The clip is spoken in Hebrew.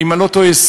ואם אני לא טועה,